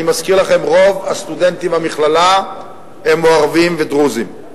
אני מזכיר לכם שרוב הסטודנטים במכללה הם ערבים ודרוזים.